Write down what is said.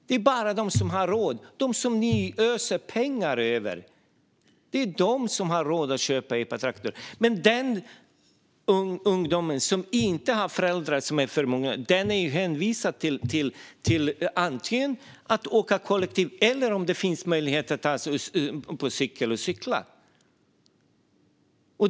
Det är bara de som har råd, de som ni öser pengar över, som kan köpa epatraktor. Men den ungdom som inte har föräldrar som är förmögna är hänvisad till att antingen åka kollektivt eller, om det finns möjlighet, att cykla.